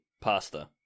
pasta